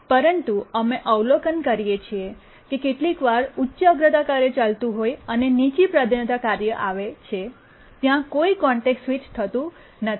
પરંતુ અમે અવલોકન કરીએ છીએ કે કેટલીકવાર ઉચ્ચ અગ્રતા કાર્ય ચાલતું હોય છે અને નીચી પ્રાધાન્યતા કાર્ય આવે છે ત્યાં કોઈ કોન્ટેક્સ્ટ સ્વિચ નથી